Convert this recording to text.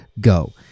go